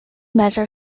measure